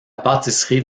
pâtisserie